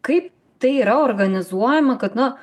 kaip tai yra organizuojama kad na